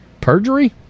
Perjury